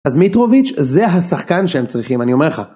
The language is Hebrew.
אז מיטרוביץ' זה השחקן שהם צריכים אני אומר לך